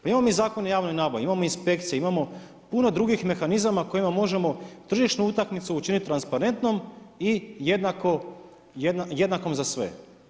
Pa imamo mi Zakon o javnoj nabavi, imamo mi inspekcije, imamo puno drugih mehanizama kojima možemo tržišnu utakmicu učinit transparentnom i jednakom za sve.